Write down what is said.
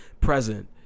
Present